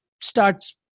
starts